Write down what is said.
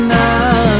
now